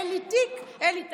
אין לי תיק, אין לי תפקיד,